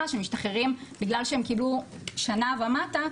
שמשתחררים בגלל שהם קיבלו שנה ומטה,